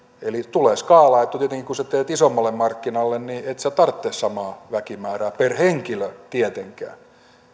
tulee skaala että kun sinä teet isommalle markkinalle niin et sinä tarvitse samaa väkimäärää per henkilö tietenkään